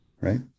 Right